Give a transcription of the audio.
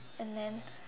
and then